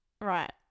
Right